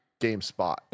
GameSpot